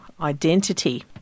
identity